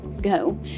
Go